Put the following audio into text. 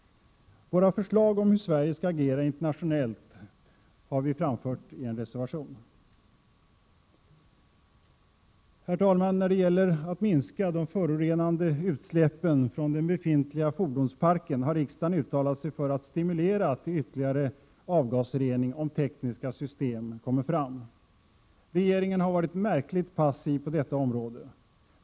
Våra förslag om hur Sverige skall agera internationellt har vi framfört i en reservation. Herr talman! Riksdagen har uttalat sig för att stimulera ytterligare avgasrening om tekniska system kommer fram för på så sätt minska de förorenande utsläppen från den befintliga fordonsparken. Regeringen har varit märkligt passiv på detta område.